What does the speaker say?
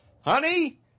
honey